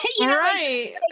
right